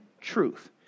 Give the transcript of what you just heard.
truth